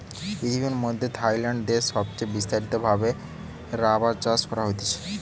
পৃথিবীর মধ্যে থাইল্যান্ড দেশে সবচে বিস্তারিত ভাবে রাবার চাষ করা হতিছে